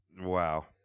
Wow